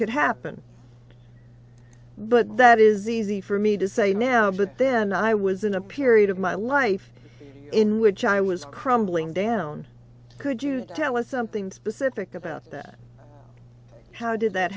could happen but that is easy for me to say now but then i was in a period of my life in which i was crumbling down could you tell us something specific about that how did that